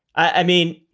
i mean,